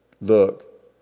look